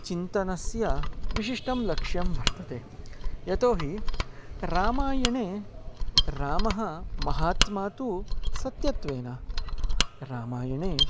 चिन्तनस्य विशिष्टं लक्ष्यं वर्तते यतो हि रामायणे रामः महात्मा तु सत्यत्वेन रामायणे